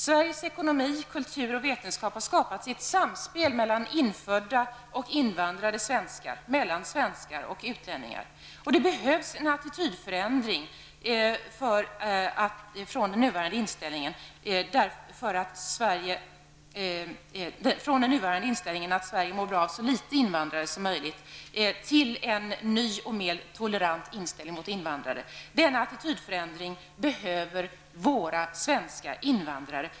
Sveriges ekonomi, kultur och vetenskap har skapats i ett samspel mellan infödda och invandrade svenskar, mellan svenskar och utlänningar. Det behövs en attitydförändring från den nuvarande inställningen att Sverige mår bra av så litet invandring som möjligt till en ny och mer tolerant inställning till invandrare. Denna attitydförändring behöver våra svenska invandrare.